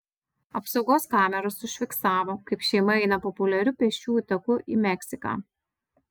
apsaugos kameros užfiksavo kaip šeima eina populiariu pėsčiųjų taku į meksiką